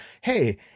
Hey